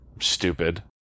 stupid